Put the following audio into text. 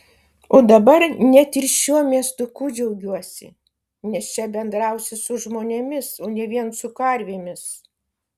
o dabar net ir šiuo miestuku džiaugiuosi nes čia bendrausiu su žmonėmis o ne vien su karvėmis